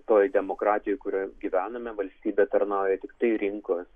toj demokratijoj kurioj gyvename valstybė tarnauja tiktai rinkos